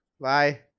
Bye